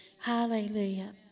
hallelujah